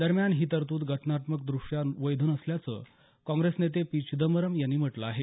दरम्यान ही तरतूद घटनात्मक दृष्ट्या वैध नसल्याचं काँग्रेस नेते पी चिदंबरम यांनी म्हटलं आहे